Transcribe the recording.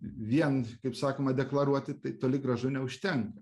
vien kaip sakoma deklaruoti tai toli gražu neužtenka